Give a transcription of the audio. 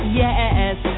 yes